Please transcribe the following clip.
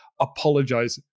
apologize